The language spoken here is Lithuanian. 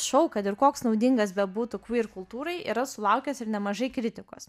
šou kad ir koks naudingas bebūtų kvyr kultūrai yra sulaukęs ir nemažai kritikos